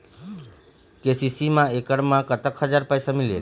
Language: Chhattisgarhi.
के.सी.सी मा एकड़ मा कतक हजार पैसा मिलेल?